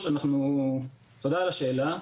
תודה על השאלה.